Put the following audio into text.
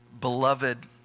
beloved